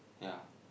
yeah